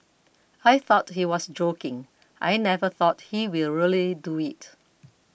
I thought he was joking I never thought he will really do it